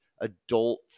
adult